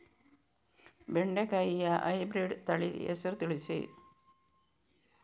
ಬೆಂಡೆಕಾಯಿಯ ಹೈಬ್ರಿಡ್ ತಳಿ ಹೆಸರು ತಿಳಿಸಿ?